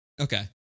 Okay